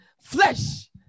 flesh